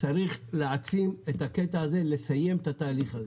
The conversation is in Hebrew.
צריך להעצים את הקטע הזה, לסיים את התהליך הזה.